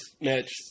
match